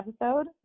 episode